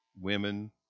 women